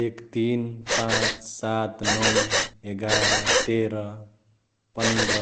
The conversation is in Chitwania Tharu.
एक, तीन, पाँच, सात, नौ, एगार, तेह्र, पन्द्र,